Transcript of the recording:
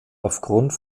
aufgrund